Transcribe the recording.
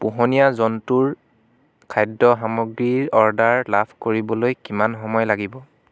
পোহনীয়া জন্তুৰ খাদ্য সামগ্ৰীৰ অৰ্ডাৰ লাভ কৰিবলৈ কিমান সময় লাগিব